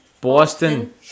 Boston